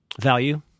value